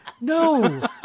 No